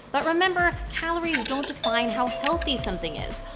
but remember, calories don't define how healthy something is.